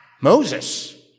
Moses